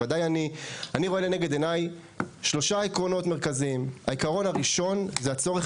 רואה לנגד עיניי שלושה עקרונות מרכזיים: העיקרון הראשון הוא הצורך